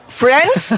friends